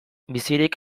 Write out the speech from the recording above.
bizirik